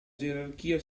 gerarchia